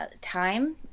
time